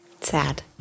Sad